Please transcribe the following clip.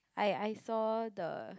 I I saw the